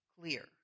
Clear